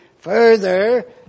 further